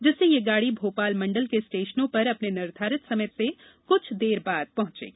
जिससे यह गाड़ी भोपाल मंडल के स्टेशनों पर अपने निर्धारित समय से कुछ देर बाद पहुंचेगी